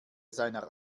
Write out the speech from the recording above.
seiner